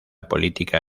política